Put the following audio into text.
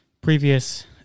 previous